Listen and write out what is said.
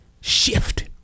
shift